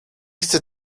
chcę